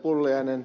pulliainen